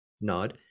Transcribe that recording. nod